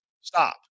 Stop